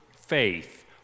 faith